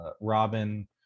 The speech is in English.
Robin